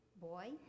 boy